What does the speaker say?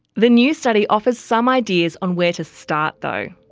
the new study offers some ideas on where to start though.